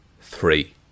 Three